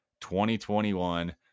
2021